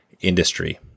industry